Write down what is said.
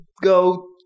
go